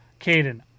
Caden